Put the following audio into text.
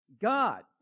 God